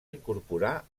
incorporar